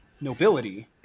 nobility